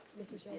mrs. yelsey?